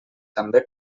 també